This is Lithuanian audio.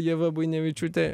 ieva buinevičiūte